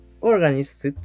organized